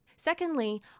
Secondly